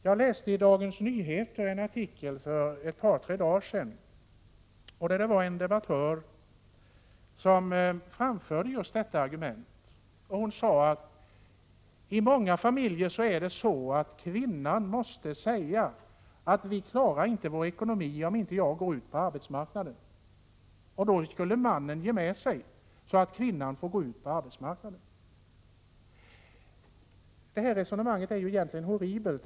För ett par tre dagar sedan läste jag en artikel i Dagens Nyheter, där det var en debattör som framförde just detta argument. Hon menade att det i många familjer är så, att kvinnan måste säga att familjen inte klarar sin ekonomi om hon inte går ut på arbetsmarknaden. Och då skulle mannen ge med sig, så att kvinnan får gå ut på arbetsmarknaden. Detta resonemang är egentligen horribelt.